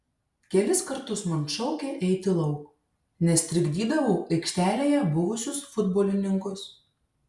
kelis kartus man šaukė eiti lauk nes trikdydavau aikštelėje buvusius futbolininkus